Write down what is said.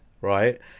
right